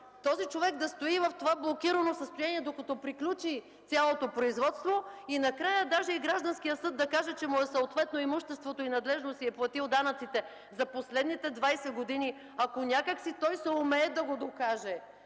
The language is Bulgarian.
този човек да стои в това блокирано състояние, докато приключи цялото производство и накрая даже и гражданският съд да каже, че му е съответно имуществото и надлежно си е платил данъците за последните 20 години, ако някак си той съумее да го докаже,